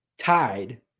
tied